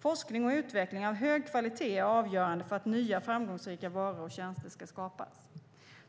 Forskning och utveckling av hög kvalitet är avgörande för att nya framgångsrika varor och tjänster ska skapas.